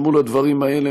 אל מול הדברים האלה,